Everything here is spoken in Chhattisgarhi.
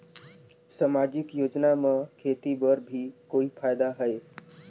समाजिक योजना म खेती बर भी कोई फायदा है?